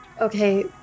okay